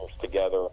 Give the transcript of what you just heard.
together